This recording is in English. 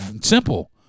Simple